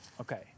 Okay